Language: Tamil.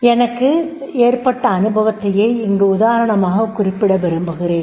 எனக்கு ஏற்பட்ட அனுபவத்தையே இங்கு உதாரணமாகக் குறிப்பிட விரும்புகிறேன்